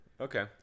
Okay